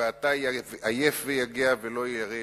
ואתה עיף ויגע ולא ירא אלהים".